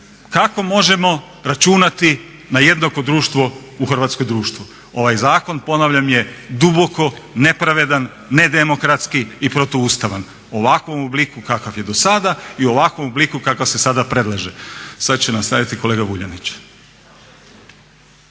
kako možemo računati na jednako društvo u hrvatskom društvu. Ovaj zakon ponavljam je, duboko nepravedan, nedemokratski i protuustavan u ovakvom obliku kakav je do sada i u ovakvom obliku kakav se sada predlaže. Sada će nastaviti kolega Vuljanić.